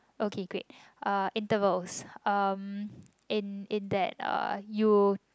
okay great uh intervals um in in that uh you